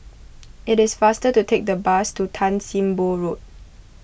it is faster to take the bus to Tan Sim Boh Road